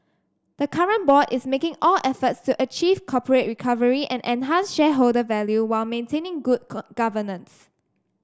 the current board is making all efforts to achieve corporate recovery and enhance shareholder value while maintaining good governance